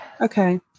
Okay